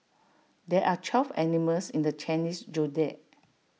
there are twelve animals in the Chinese Zodiac